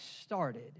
started